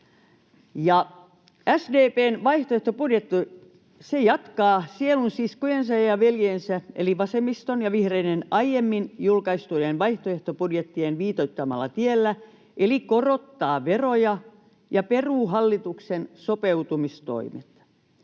SDP:n vaihtoehtobudjetti jatkaa sielunsiskojensa ja ‑veljiensä eli vasemmiston ja vihreiden aiemmin julkaistujen vaihtoehtobudjettien viitoittamalla tiellä eli korottaa veroja ja peruu hallituksen sopeuttamistoimet.